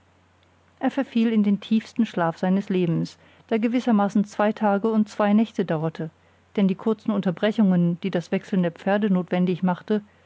er verfiel in den tiefsten schlaf seines lebens der gewissermaßen zwei tage und zwei nächte dauerte denn die kurzen unterbrechungen die das wechseln der pferde notwendig machte